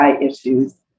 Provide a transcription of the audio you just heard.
issues